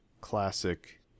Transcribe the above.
classic